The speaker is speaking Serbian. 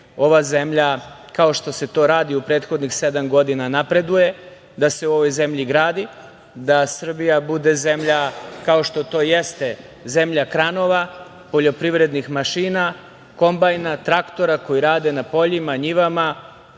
ova zemlja, kao što se ti radi u prethodnih sedam godina napreduje, da se u ovoj zemlji gradi, da Srbija bude zemlja kao što to jeste, zemlja kranova, poljoprivrednih mašina, kombajna, traktora koji rade na poljima, njivama,